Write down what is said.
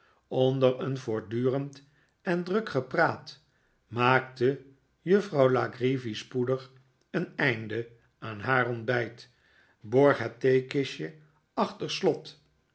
onder een voortdurend en druk gepraat maakte juffrouw la creevy spoedig een einde aan haar ontbijt borg het theekistje achter slot